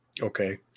Okay